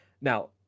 Now